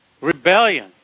Rebellion